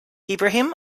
ibrahim